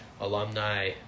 alumni